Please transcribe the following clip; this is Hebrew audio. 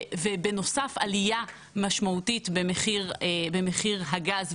ובנוסף עלייה משמעותית במחיר הגז,